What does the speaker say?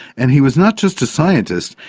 and he was not just a scientist,